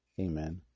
Amen